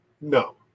No